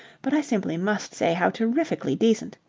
but i simply must say how terrifically decent.